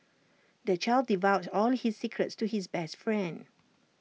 the child divulged all his secrets to his best friend